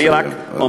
אני רק אומר.